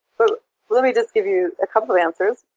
but let me just give you a couple of answers.